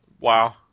Wow